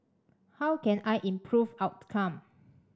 how can I improve outcome